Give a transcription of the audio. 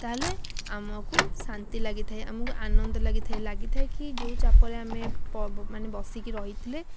ତାହେଲେ ଆମକୁ ଶାନ୍ତି ଲାଗିଥାଏ ଆମକୁ ଆନନ୍ଦ ଲାଗିଥାଏ ଲାଗିଥାଏ କି ଯେଉଁ ଚାପରେ ଆମେ ମାନେ ବସିକି ରହିଥିଲେ